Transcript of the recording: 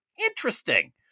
Interesting